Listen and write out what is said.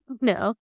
no